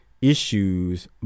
issues